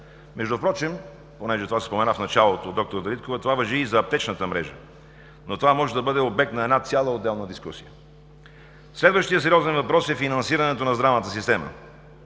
тях. Впрочем, понеже се споменава в началото от д-р Дариткова, това важи и за аптечната мрежа, но то може да бъде обект на една цяла отделна дискусия. Следващият сериозен въпрос е финансирането на здравната система.